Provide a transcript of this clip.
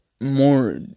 more